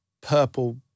purple